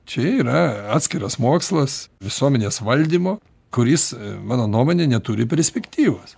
čia yra atskiras mokslas visuomenės valdymo kuris mano nuomone neturi perspektyvos